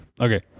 Okay